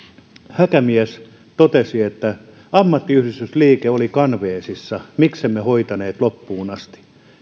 häkämies totesi ammattiyhdistysliike oli kanveesissa miksemme hoitaneet loppuun asti